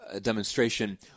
demonstration